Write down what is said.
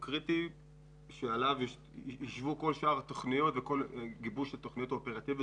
קריטי ושעליו יישבו כל שאר התוכניות וגיבוש התוכניות האופרטיביות